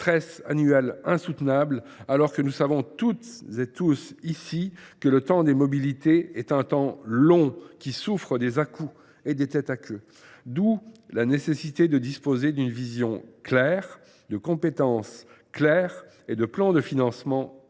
stress annuel insoutenable, alors que nous savons tous ici que le temps des mobilités est un temps long, qui souffre des à coups et des tête à queue. D’où la nécessité de disposer d’une vision claire, de compétences claires et de plans de financements clairs.